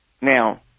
now